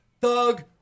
Thug